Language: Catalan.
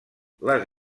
les